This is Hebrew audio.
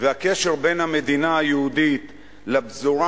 והקשר בין המדינה היהודית לפזורה